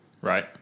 right